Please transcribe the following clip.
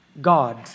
God